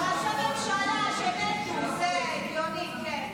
על ראשי ממשלה שמתו, זה הגיוני, כן.